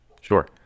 sure